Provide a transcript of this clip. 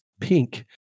Pink